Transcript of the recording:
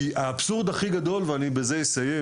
האבסורד הכי גדול ובזה אסיים